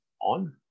on